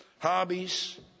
Hobbies